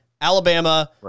Alabama